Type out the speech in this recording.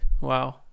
Wow